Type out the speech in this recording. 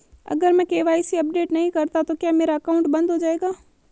अगर मैं KYC update नहीं करता तो क्या मेरा अकाउंट बंद हो जाएगा?